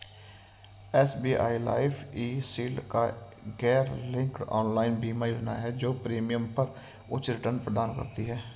SBI life e shield एक गैरलिंक्ड online बीमा योजना है जो प्रीमियम पर उच्च रिटर्न प्रदान करती है